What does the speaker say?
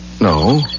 No